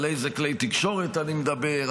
על איזה כלי תקשורת אני מדבר,